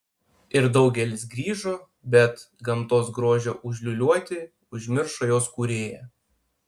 ir daugelis grįžo bet gamtos grožio užliūliuoti užmiršo jos kūrėją